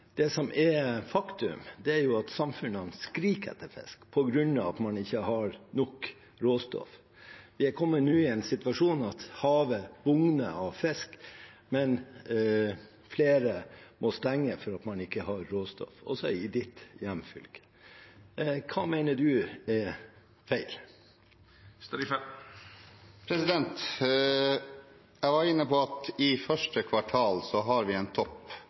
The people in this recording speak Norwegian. som er et faktum, er at samfunnene skriker etter fisk på grunn av at man ikke har nok råstoff. Vi er nå kommet i den situasjonen at havet bugner av fisk, men flere må stenge fordi man ikke har råstoff, også i representantens hjemfylke. Hva mener representanten er feil? Jeg var inne på at vi i første kvartal har en topp